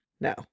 No